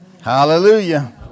Hallelujah